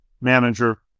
manager